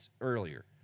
earlier